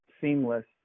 seamless